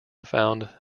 found